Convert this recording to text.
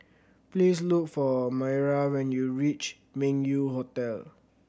please look for Mayra when you reach Meng Yew Hotel